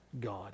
God